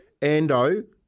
Ando